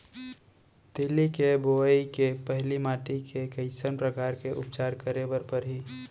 तिलि के बोआई के पहिली माटी के कइसन प्रकार के उपचार करे बर परही?